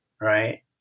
Right